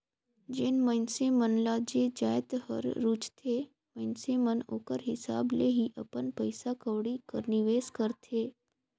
जेन मइनसे मन ल जे जाएत हर रूचथे मइनसे मन ओकर हिसाब ले ही अपन पइसा कउड़ी कर निवेस करथे